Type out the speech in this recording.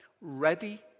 ready